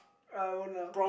I won't lah